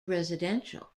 residential